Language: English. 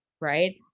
Right